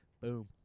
boom